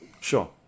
sure